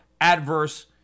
adverse